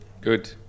good